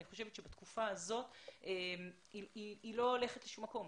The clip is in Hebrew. אני חושבת שבתקופה הזאת הקורונה לא הולכת לשום מקום.